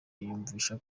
yiyumvisha